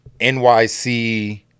NYC